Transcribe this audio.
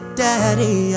daddy